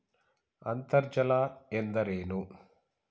ಅಂತರ್ಜಲ ಎಂದರೇನು?